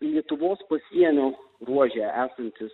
lietuvos pasienio ruože esantys